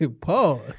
Pause